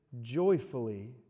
joyfully